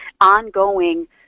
ongoing